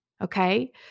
Okay